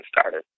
started